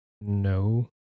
No